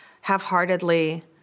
half-heartedly